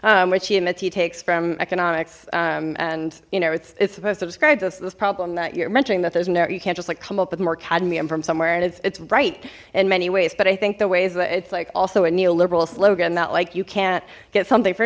lunch which he admits he takes from economics and you know it's it's supposed to describe this this problem that you're mentioning that there's no you can't just like come up with more cadmium from somewhere and it's right in many ways but i think the ways that it's like also a neoliberal slogan that like you can't get something for